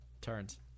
turns